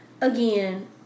Again